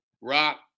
Rock